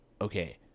okay